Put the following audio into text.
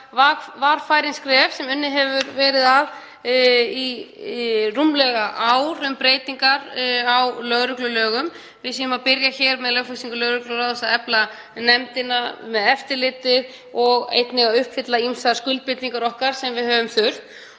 varfærin skref sem unnið hefur verið að í rúmlega ár um breytingar á lögreglulögum. Við byrjum með lögfestingu lögregluráðs að efla nefndina um eftirlit og einnig að uppfylla ýmsar skuldbindingar okkar sem við þurfum